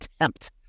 attempt